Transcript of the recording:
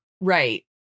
Right